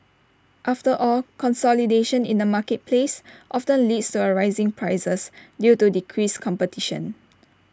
after all consolidation in the marketplace often leads to A rising prices due to decreased competition